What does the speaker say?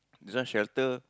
this one shelter